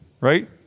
Right